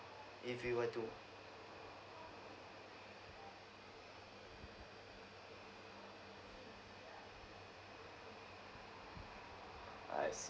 if you were to I see